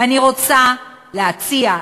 ואני רוצה להציע,